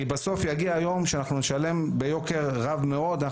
בסוף יגיע יום שאנחנו נשלם ביוקר רב מאוד.